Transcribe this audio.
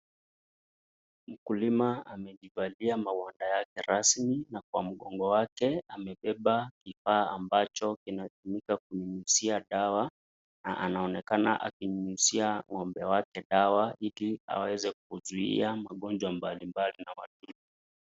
Mkulima amejipandia mahodha yake rasmi na kwa mgongo wake amebeba kifaa ambacho kinatumika kunyunyuzia dawa, anaonekana akinyunyuzia ngombe wake dawa ili aweze kuzuia magonjwa mbali mbali na wadudu.